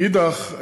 מאידך,